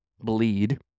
bleed